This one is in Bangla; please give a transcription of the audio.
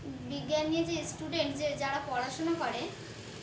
বিজ্ঞান নিয়ে যে স্টুডেন্ট যে যারা পড়াশোনা করে